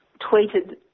tweeted